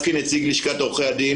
לשכת עורכי הדין